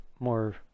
More